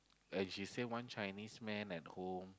and she say one Chinese man at home